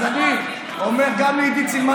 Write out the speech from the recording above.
אז אני אומר גם לעידית סילמן,